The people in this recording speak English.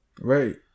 Right